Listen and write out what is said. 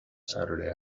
saturday